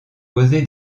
causé